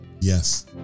Yes